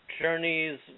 journeys